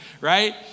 right